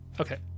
Okay